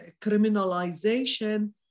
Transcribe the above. criminalization